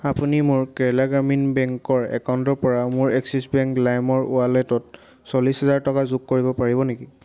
আপুনি মোৰ কেৰেলা গ্ৰামীণ বেংকৰ একাউণ্টৰ পৰা মোৰ এক্সিছ বেংক লাইমৰ ৱালেটত চল্লিছ হাজাৰ টকা যোগ কৰিব পাৰিব নেকি